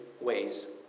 ways